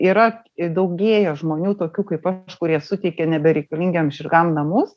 yra ir daugėja žmonių tokių kaip aš kurie suteikia nebereikalingiem žirgam namus